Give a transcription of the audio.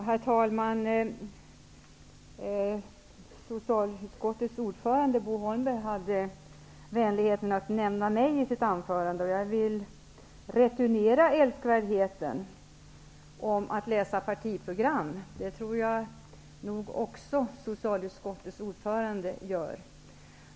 Herr talman! Socialutskottets ordförande Bo Holmberg hade vänligheten att nämna mitt namn i sitt anförande. Jag vill returnera den älskvärdheten och säga att jag tror att också socialutskottets ordförande läser partiprogram.